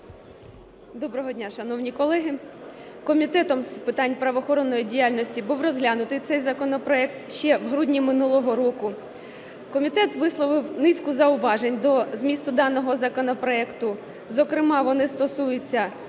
Доброго дня, шановні колеги. Комітет з питань правоохоронної діяльності був розглянутий цей законопроект ще в грудні минулого року. Комітет висловив низку зауважень до змісту даного законопроекту. Зокрема, вони стосуються